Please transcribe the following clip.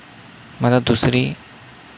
मला दुसरी